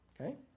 Okay